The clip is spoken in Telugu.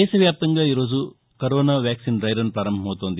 దేశవ్యాప్తంగా ఈ రోజు కరోనా వ్యాక్సిన్ డై రన్ పారంభమవుతోంది